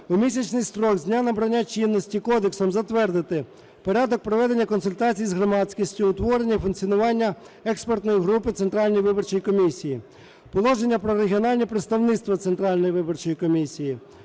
у місячний строк з дня набрання чинності Кодексом затвердити: Порядок проведення консультацій з громадськістю, утворення і функціонування експертної групи Центральної виборчої комісії; Положення про регіональні представництва Центральної виборчої комісії;